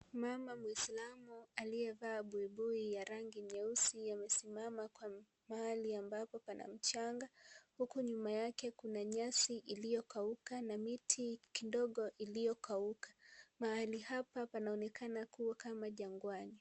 Mama muislamu aliyevaa buibui ya rangi nyeusi amesimama Kwa mahali ambapo Pana mjanga huku nyuma yake kuna nyasi iliyokauka na miti kidogo iliyokauka. Mahali hapa panaonekana kuwa kama jangwani.